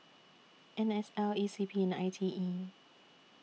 N S L E C P and I T E